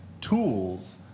tools